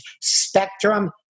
Spectrum